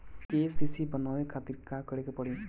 KCC बनवावे खातिर का करे के पड़ी?